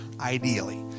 ideally